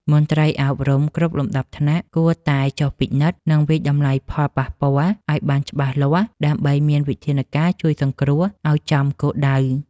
មន្ត្រីអប់រំគ្រប់លំដាប់ថ្នាក់គួរតែចុះពិនិត្យ និង វាយតម្លៃផលប៉ះពាល់ឱ្យបានច្បាស់លាស់ ដើម្បីមានវិធានការជួយសង្គ្រោះឱ្យចំគោលដៅ។